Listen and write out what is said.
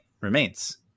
remains